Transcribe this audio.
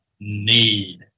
need